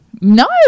No